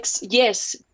yes